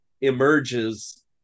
emerges